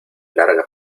larga